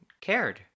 cared